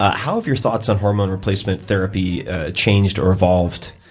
how have your thoughts on hormone replacement therapy changed or evolved,